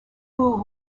vous